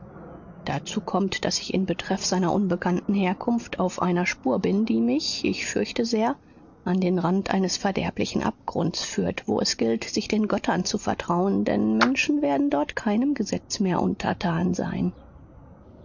dazu kommt daß ich in betreff seiner unbekannten herkunft auf einer spur bin die mich ich fürchte sehr an den rand eines verderblichen abgrunds führt wo es gilt sich den göttern zu vertrauen denn menschen werden dort keinem gesetz mehr untertan sein